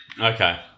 Okay